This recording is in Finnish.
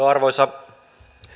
arvoisa